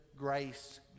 grace